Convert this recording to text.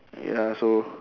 ya so